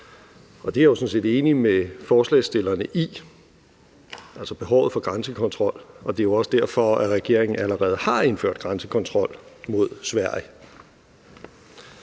er jeg sådan set enig med forslagsstillerne i, og det er jo også derfor, regeringen allerede har indført grænsekontrol mod Sverige.